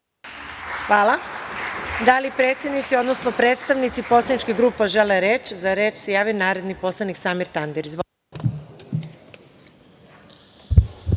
Hvala